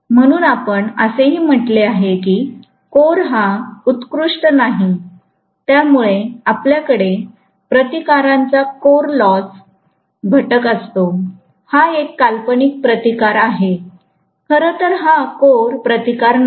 म्हणून आपण असेही म्हटले आहे की कोर हा उत्कृष्ट नाही त्यामुळे आपल्याकडे प्रतिकारांचा कोर लॉस घटक असतो हा एक काल्पनिक प्रतिकार आहे खरंतर हा कोर प्रतिकार नाही